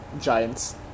Giants